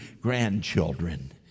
grandchildren